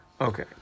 Okay